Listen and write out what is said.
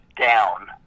down